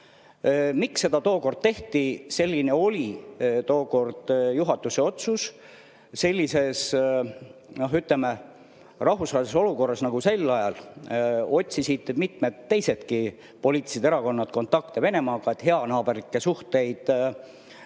Miks seda tookord tehti? Selline oli tookord juhatuse otsus sellises rahvusvahelises olukorras. Sel ajal otsisid mitmed teisedki poliitilised erakonnad kontakte Venemaaga, et heanaaberlikke suhteid